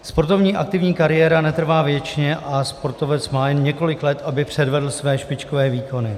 Sportovní aktivní kariéra netrvá věčně a sportovec má jen několik let, aby předvedl své špičkové výkony.